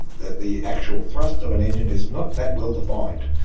that the actual thrust of an engine is not that well defined.